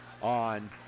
on